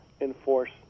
enforce